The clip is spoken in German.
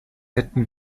hätten